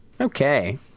Okay